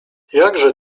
jakże